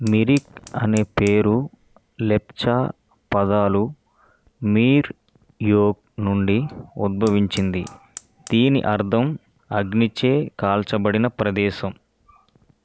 muriate అనే పేరు లెప్చా పదాలు మీర్ యోక్ నుండి ఉద్భవించింది దీని అర్థం అగ్నిచే కాల్చబడిన ప్రదేశం